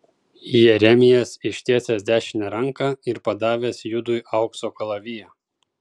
jeremijas ištiesęs dešinę ranką ir padavęs judui aukso kalaviją